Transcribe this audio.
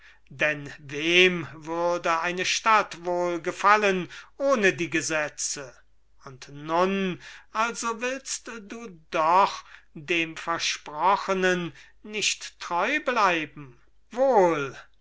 denn wem würde eine stadt wohl gefallen ohne die gesetze und nun also willst du doch dem versprochenen nicht treu bleiben wohl